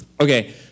Okay